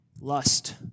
lust